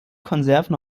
konserven